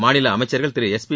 மாநில அமைச்சர்கள் திரு எஸ்பி